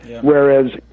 Whereas